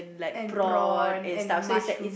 and prawn and mushroom